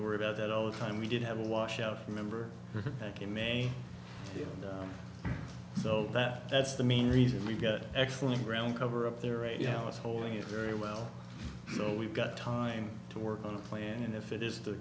worry about that all the time we did have a washout remember back in may so that that's the main reason we got excellent ground cover up there right yeah it's holding it very well so we've got time to work on a plan and if it is the